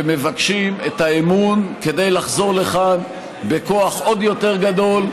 ומבקשים את האמון כדי לחזור לכאן בכוח עוד יותר גדול,